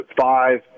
five